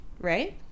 right